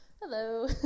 Hello